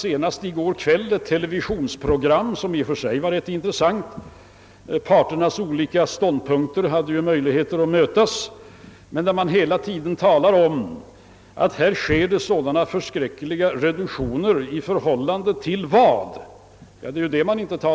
Senast i går kväll avlyssnade jag ett TV-program, som i och för sig var rätt intressant, Man talade emellertid hela tiden om att budgeten innebar sådana förskräckliga reduktioner. I förhållande till vad? Det talade man inte om.